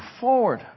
forward